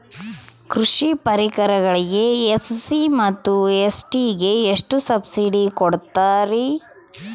ಕೃಷಿ ಪರಿಕರಗಳಿಗೆ ಎಸ್.ಸಿ ಮತ್ತು ಎಸ್.ಟಿ ಗೆ ಎಷ್ಟು ಸಬ್ಸಿಡಿ ಕೊಡುತ್ತಾರ್ರಿ?